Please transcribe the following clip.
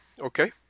Okay